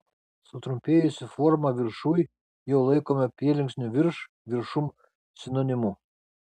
sutrumpėjusi forma viršuj jau laikoma prielinksnių virš viršum sinonimu